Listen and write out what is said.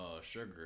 sugar